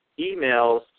emails